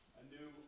anew